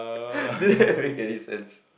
any eighty cents